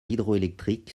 hydroélectrique